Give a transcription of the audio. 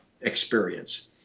experience